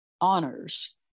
honors